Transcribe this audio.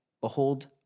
behold